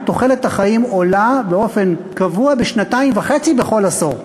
תוחלת החיים עולה באופן קבוע בשנתיים וחצי בכל עשור.